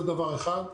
זה דבר אחד,